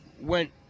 went